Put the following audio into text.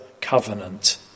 covenant